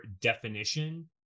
definition